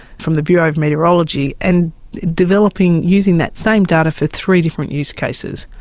from the bureau of meteorology, and developing, using that same data for three different use cases.